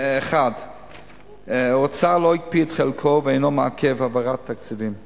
1. האוצר לא הקפיא את חלקו ואינו מעכב העברת תקציבים.